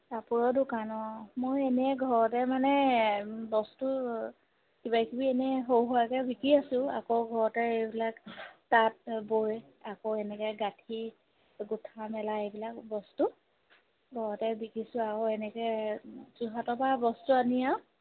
কাপোৰৰ দোকান অঁ মোৰ এনেই ঘৰতে মানে বস্তু কিবা কিবি এনেই সৰু সুৰাকৈ বিকি আছোঁ আকৌ ঘৰতে এইবিলাক তাঁত বৈ আকৌ এনেকৈ গাঁঠি গোঁঠা মেলা এইবিলাক বস্তু ঘৰতে বিকিছোঁ আৰু এনেকৈ যোৰহাটৰ পৰা বস্তু আনি আৰু